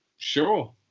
Sure